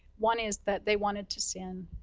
one is that they wanted to sin.